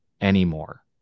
anymore